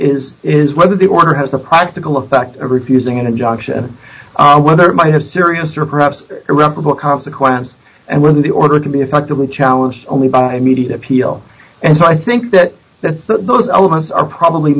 is is whether the order has the practical effect of refusing an injunction whether it might have serious or perhaps irreparable consequence and whether the order can be effectively challenged only by immediate appeal and so i think that that the those elements are probably